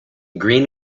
green